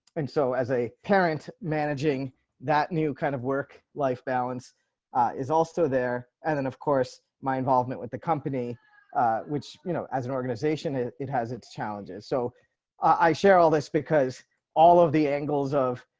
and so, as a parent, managing that new kind of work life balance is also there. and then of course my involvement with the company which you know as an organization, it it has its challenges. so i share all this because all of the angles of